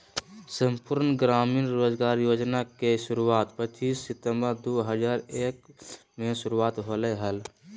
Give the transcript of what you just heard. संपूर्ण ग्रामीण रोजगार योजना के शुरुआत पच्चीस सितंबर दु हज़ार एक मे शुरू होलय हल